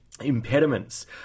Impediments